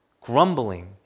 Grumbling